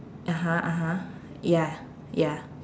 uh-huh uh-huh ya ya